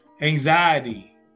anxiety